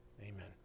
Amen